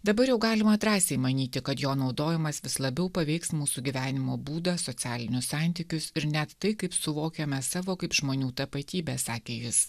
dabar jau galima drąsiai manyti kad jo naudojimas vis labiau paveiks mūsų gyvenimo būdą socialinius santykius ir net tai kaip suvokiame savo kaip žmonių tapatybę sakė jis